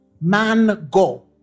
mango